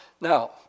Now